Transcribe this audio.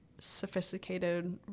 sophisticated